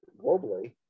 globally